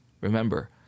remember